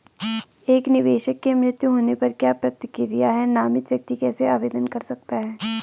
एक निवेशक के मृत्यु होने पर क्या प्रक्रिया है नामित व्यक्ति कैसे आवेदन कर सकता है?